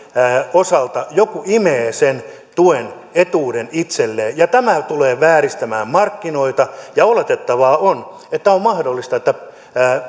osalta joku imee sen tuen etuuden itselleen tämä tulee vääristämään markkinoita oletettavaa on että on mahdollista että